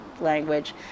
language